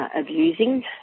abusing